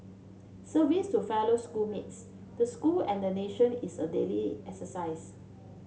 service to fellow school mates the school and the nation is a daily exercise